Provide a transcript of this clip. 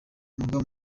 murwa